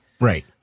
Right